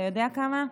אתה יודע כמה?